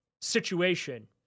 situation